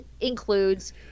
includes